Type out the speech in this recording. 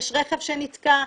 יש רכב שנתקע,